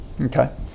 Okay